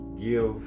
give